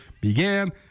began